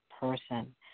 person